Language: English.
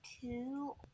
two